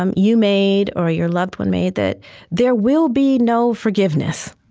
um you made or your loved one made, that there will be no forgiveness.